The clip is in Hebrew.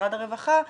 משרד הרווחה,